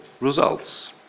results